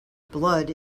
blood